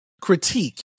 critique